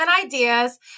ideas